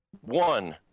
One